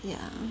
yeah